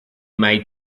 maid